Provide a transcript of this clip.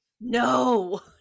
No